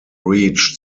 reached